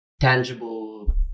tangible